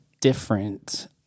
different